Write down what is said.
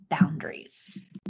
boundaries